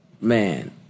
man